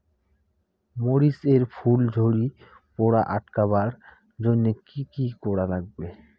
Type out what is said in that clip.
মরিচ এর ফুল ঝড়ি পড়া আটকাবার জইন্যে কি কি করা লাগবে?